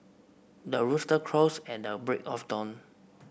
the rooster crows at a break of dawn